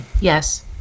Yes